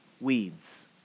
weeds